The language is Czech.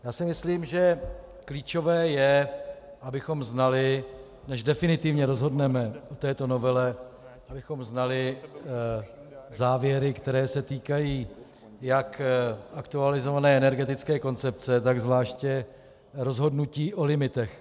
Já si myslím, že klíčové je, abychom znali, než definitivně rozhodneme o této novele, závěry, které se týkají jak aktualizované energetické koncepce, tak zvláště rozhodnutí o limitech.